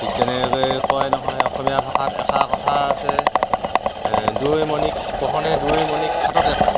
ঠিক তেনেকেই কয় নহয় অসমীয়া ভাষাত এষাৰ কথা আছে দূৰৈৰ মণিক পঢ়নে দূৰৈৰ মণিক হাততে পায়